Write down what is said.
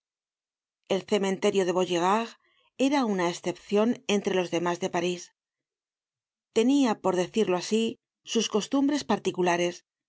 el cementerio vaugirard era una escepcion entre los demás de parís tenia por decirlo asi sus costumbres particulares